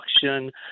production